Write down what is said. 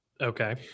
Okay